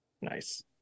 Nice